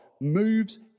moves